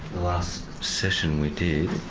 last session with